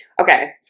Okay